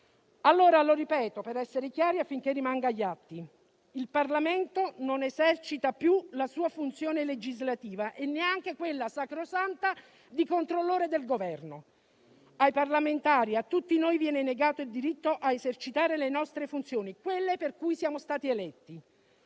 forza. Lo ripeto per essere chiari affinché rimanga agli atti: il Parlamento non esercita più la sua funzione legislativa e neanche quella sacrosanta di controllore del Governo. Ai parlamentari, a tutti noi viene negato il diritto di esercitare le nostre funzioni, quelle per cui siamo stati eletti.